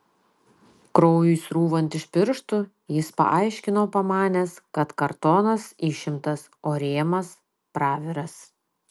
kraujui srūvant iš pirštų jis paaiškino pamanęs kad kartonas išimtas o rėmas praviras